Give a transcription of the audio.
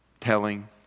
telling